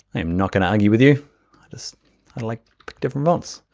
i am not gonna argue with you. i just, i like different fonts.